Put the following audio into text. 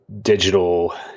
digital